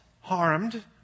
harmed